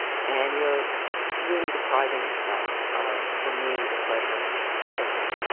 and you're really depriving yourself of, for me, the pleasure of cooking